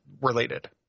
related